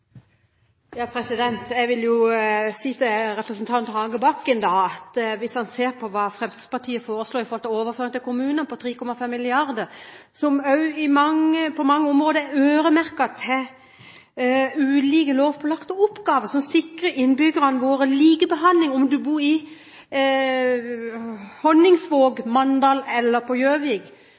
hva Fremskrittspartiet foreslår når det gjelder overføringer til kommunene i vårt budsjett – 3,5 mrd. kr – som på mange områder er øremerket til ulike lovpålagte oppgaver, som sikrer innbyggerne likebehandling, enten man bor i Honningsvåg, i Mandal eller på Gjøvik,